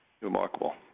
Remarkable